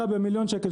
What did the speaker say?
מיליון שקל,